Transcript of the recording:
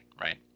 Right